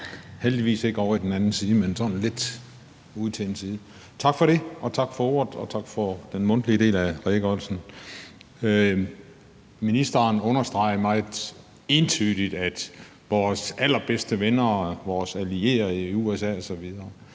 heldigvis ikke ovre i den anden side, men sådan lidt ude til en side. Tak for det, og tak for ordet, og tak for den mundtlige del af redegørelsen. Ministeren understregede meget entydigt, hvem der er vores allerbedste venner, vores allierede i USA osv.